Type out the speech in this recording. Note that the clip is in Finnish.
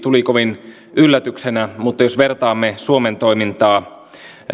tuli kovin yllätyksenä mutta jos vertaamme suomen toimintaa